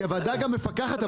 כי הוועדה גם מפקחת,